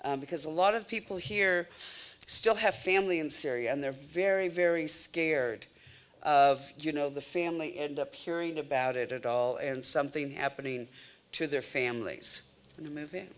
because a lot of people here still have family in syria and they're very very scared of you know the family end up hearing about it at all and something happening to their families and then mov